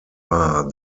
war